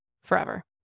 forever